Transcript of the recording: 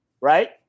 right